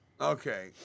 Okay